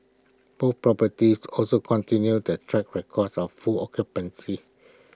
both properties also continued their track record of full occupancy